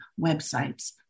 websites